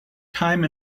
time